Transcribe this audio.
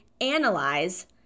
analyze